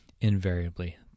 Invariably